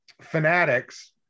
fanatics